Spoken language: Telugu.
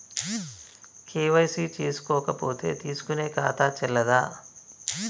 కే.వై.సీ చేసుకోకపోతే తీసుకునే ఖాతా చెల్లదా?